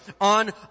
on